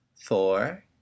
four